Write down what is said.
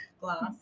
glass